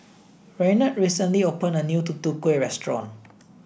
Reynold recently opened a new Tutu Kueh restaurant